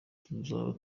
tuzaba